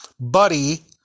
buddy